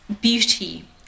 Beauty